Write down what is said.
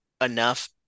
enough